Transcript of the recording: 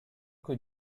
qui